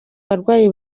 abarwayi